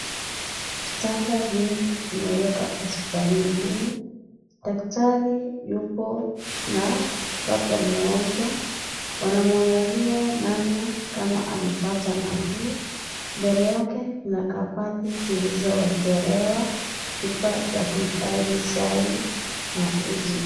Vitanda vingi vimewekwa hospitalini humu. Daktari yupo na baba mmoja anamwangalia ama amepata nafuu. Mbele yake kuna kabati zilizowekelwa chupa za kuhifadhi chai na uji.